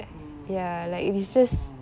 mm oh